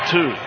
Two